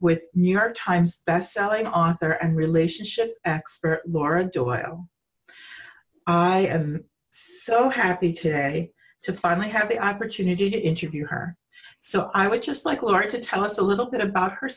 with new york times best selling author and relationship expert lauren so happy today to finally have the opportunity to interview her so i would just like laura to tell us a little bit about her